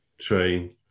train